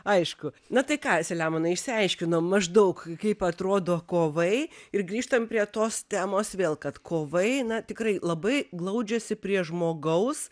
aišku na tai ką saliamonai išsiaiškinom maždaug kaip atrodo kovai ir grįžtam prie tos temos vėl kad kovai na tikrai labai glaudžiasi prie žmogaus